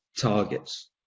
targets